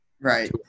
right